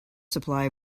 supply